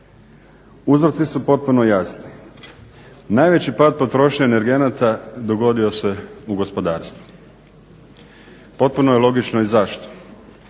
Uzroci su potpuno jasni, najveći pad potrošnje energenata dogodio se u gospodarstvu. Potpuno je logično i zašto.